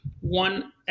one